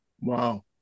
Wow